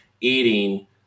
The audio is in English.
eating